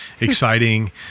exciting